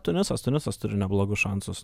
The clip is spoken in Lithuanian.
tunisas tunisas turi neblogus šansus